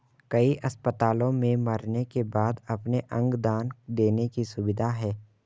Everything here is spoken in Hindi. कई अस्पतालों में मरने के बाद अपने अंग दान देने की सुविधा है